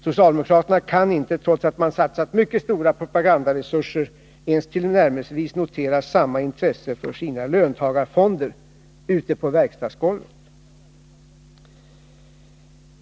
Socialdemokraterna kan inte, trots att man satsat mycket stora propagandaresurser, ens tillnärmelsevis notera samma intresse ute på verkstadsgolvet för sina ”löntagarfonder”.